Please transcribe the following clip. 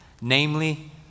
Namely